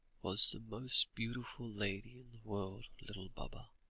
was the most beautiful lady in the world, little baba.